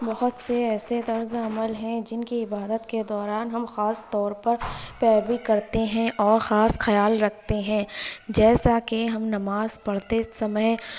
بہت سے ایسے طرز عمل ہیں جن کی عبادت کے دوران ہم خاص طور پر پیروی کرتے ہیں اور خاص خیال رکھتے ہیں جیسا کہ ہم نماز پڑھتے سمے